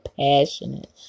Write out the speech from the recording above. passionate